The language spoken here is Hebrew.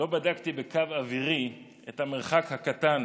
לא בדקתי בקו אווירי את המרחק הקטן